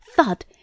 THUD